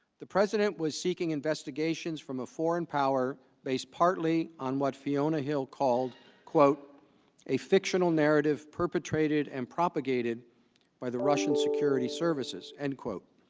the president was seeking investigations from a foreign power based partly on what fiona hill called quote the fictional narrative perpetrated and propagated by the russian security services and quote